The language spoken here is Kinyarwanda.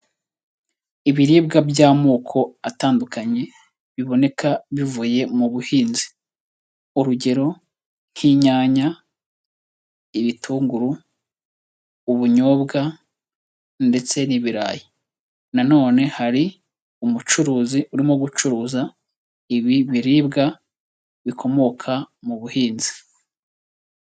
Ibiribwa by'amoko atandukanye biboneka bivuye mu buhinzi, urugero nk'inyanya, ibitunguru, ubunyobwa ndetse n'ibirayi na none hari umucuruzi urimo gucuruza ibi biribwa bikomoka mu buhinzi.